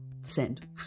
Send